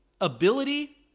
ability